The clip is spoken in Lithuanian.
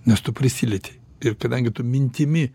nes tu prisilietei ir kadangi tu mintimi